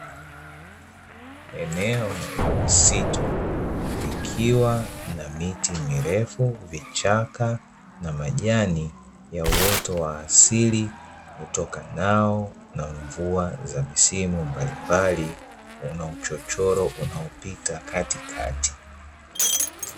Eneo la msitu likiwa na miti mirefu, vichaka na majani ya uoto wa asili utokanao na mvua za misimu mbalimbali, una uchochoro unaopita katikati.